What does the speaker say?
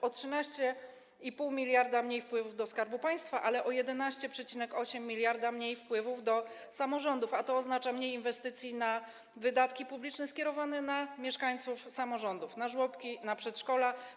To o 13,5 mld zł mniej wpływów do Skarbu Państwa, ale i o 11,8 mld zł mniej wpływów do samorządów, a to oznacza mniej środków na wydatki publiczne skierowane do mieszkańców, samorządów, na żłobki, przedszkola.